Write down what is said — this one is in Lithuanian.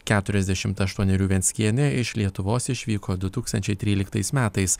keturiasdešim aštuonerių venckienė iš lietuvos išvyko du tūkstančiai tryliktais metais